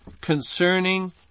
concerning